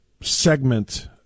segment